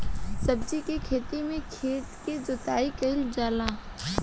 सब्जी के खेती में खेत के जोताई कईल जाला